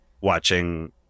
watching